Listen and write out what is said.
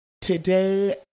today